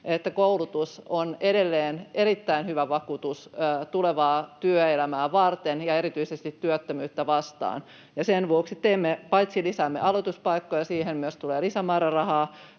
että koulutus on edelleen erittäin hyvä vakuutus tulevaa työelämää varten ja erityisesti työttömyyttä vastaan, ja sen vuoksi paitsi lisäämme aloituspaikkoja, ja siihen tulee lisämäärärahaa,